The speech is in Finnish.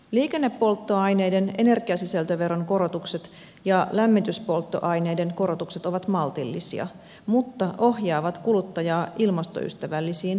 liikennepolttoaineiden energiasisältöveron korotukset ja lämmityspolttoaineiden korotukset ovat maltillisia mutta ohjaavat kuluttajaa ilmastoystävällisiin valintoihin